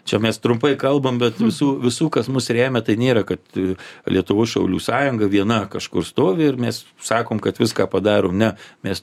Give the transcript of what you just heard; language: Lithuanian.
čia mes trumpai kalbam bet visų visų kas mus remia tai nėra kad lietuvos šaulių sąjunga viena kažkur stovi ir mes sakom kad viską padarom ne mes